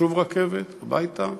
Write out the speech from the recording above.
שוב רכבת, הביתה.